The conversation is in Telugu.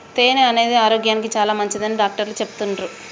తేనె అనేది ఆరోగ్యానికి చాలా మంచిదని డాక్టర్లు చెపుతాన్రు